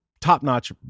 top-notch